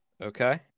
Okay